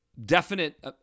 definite